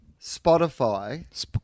Spotify